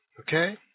Okay